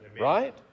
right